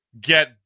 get